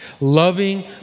loving